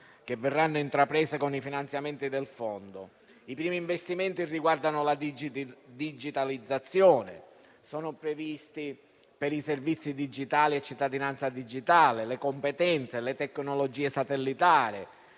che verranno intraprese con i finanziamenti del Fondo. I primi investimenti riguardano la digitalizzazione; sono previsti per i servizi digitali e la cittadinanza digitale, le competenze, le tecnologie satellitari,